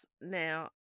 Now